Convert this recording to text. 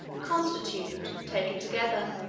constitute, taken together,